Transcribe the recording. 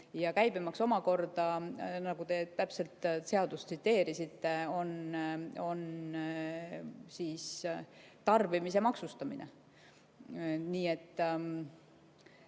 Ja käibemaks omakorda, nagu te täpselt seadust tsiteerisite, on tarbimise maksustamine. Nii et